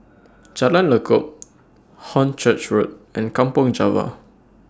Jalan Lekub Hornchurch Road and Kampong Java